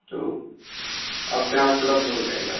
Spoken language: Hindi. तो आपके यहाँ उपलब्ध हो जाएगा